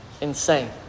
Insane